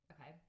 Okay